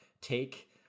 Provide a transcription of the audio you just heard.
take